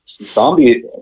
Zombie